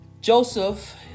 Joseph